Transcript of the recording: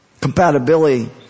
Compatibility